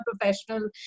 professional